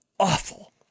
awful